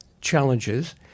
challenges